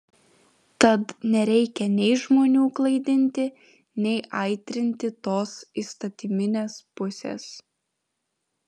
tad nereikia nei žmonių klaidinti nei aitrinti tos įstatyminės pusės